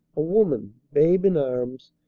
a woman, babe in arms,